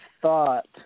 thought